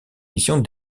missions